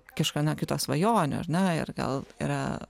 kažkieno kito svajonių ar ne ir gal yra